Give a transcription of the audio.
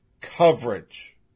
coverage